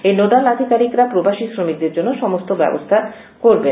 এই নোডাল আধিকারিকরা প্রবাসী শ্রমিকদের জন্য সমস্ত ব্যবস্হা করবেন